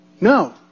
No